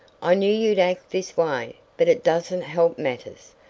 i knew you'd act this way, but it doesn't help matters.